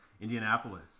Indianapolis